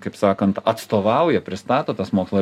kaip sakant atstovauja pristato tas mokslo